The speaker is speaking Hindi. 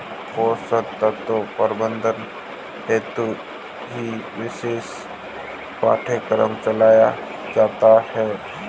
पोषक तत्व प्रबंधन हेतु ही विशेष पाठ्यक्रम चलाया जाता है